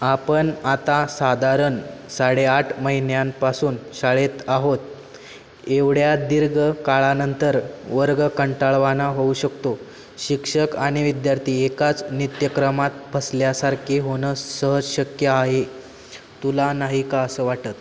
आपण आता साधारण साडेआठ महिन्यांपासून शाळेत आहोत एवढ्या दीर्घ काळानंतर वर्ग कंटाळवाणा होऊ शकतो शिक्षक आणि विद्यार्थी एकाच नित्यक्रमात फसल्यासारखे होणं सहज शक्य आहे तुला नाही का असं वाटत